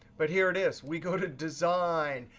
but here it is. we go to design,